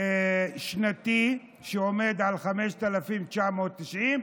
שנתי שעומד על 5,990 שקל,